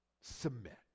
submit